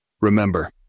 Remember